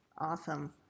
Awesome